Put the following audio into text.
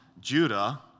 Judah